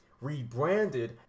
rebranded